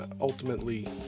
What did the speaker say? ultimately